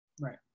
Right